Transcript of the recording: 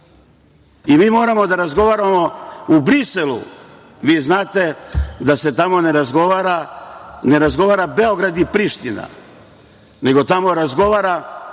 I mi moramo da razgovaramo u Briselu. Vi znate da tamo ne razgovaraju Beograd i Priština, nego tamo razgovara